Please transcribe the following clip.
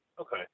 Okay